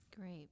Great